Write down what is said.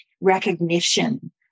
recognition